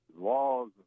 laws